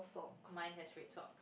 mine has red socks